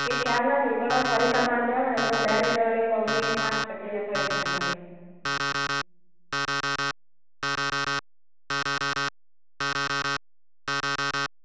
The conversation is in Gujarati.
એ ખ્યાલ નથી પણ હવે ફરી તમારે ત્યાં આવે ને તો બે રૂપિયાવાળી કોફીની પાંચ પટ્ટી લખાવી દેજો મારી